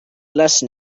lesson